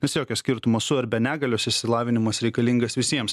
nes jokio skirtumo su ar be negalios išsilavinimas reikalingas visiems